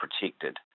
protected